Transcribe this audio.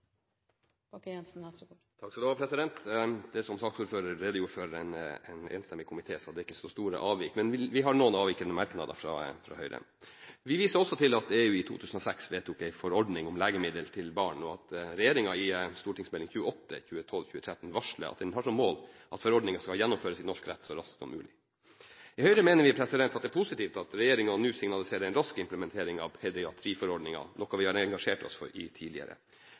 enstemmig komité, så det er ikke så store avvik. Men Høyre har noen merknader. Vi viser også til at EU i 2006 vedtok en forordning om legemiddel til barn, og at regjeringen i Meld. St. 28 varsler at den har som mål at forordningen skal innføres i norsk rett så raskt som mulig. I Høyre mener vi det er positivt at regjeringen nå signaliserer en rask implementering av pediatriforordningen, noe vi har engasjert oss for